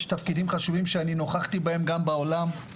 תפקידים חשובים שאני נוכחתי בהם גם בעולם,